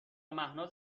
مهناز